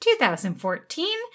2014